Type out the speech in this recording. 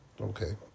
Okay